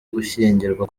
gushyingirwa